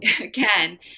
again